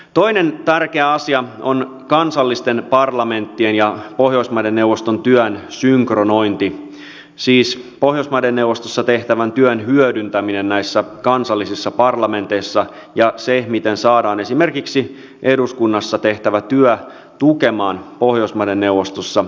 toinen tärkeä asia on kansallisten parlamenttien ja pohjoismaiden neuvoston työn synkronointi siis pohjoismaiden neuvostossa tehtävän työn hyödyntäminen näissä kansallisissa parlamenteissa ja se miten saadaan esimerkiksi eduskunnassa tehtävä työ tukemaan pohjoismaiden neuvostossa tehtävää työtä